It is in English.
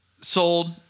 sold